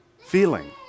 feeling